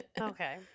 Okay